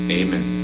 amen